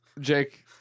Jake